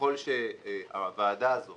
ככל שהוועדה הזאת